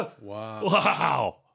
wow